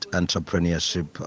entrepreneurship